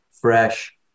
fresh